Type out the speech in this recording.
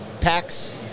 Packs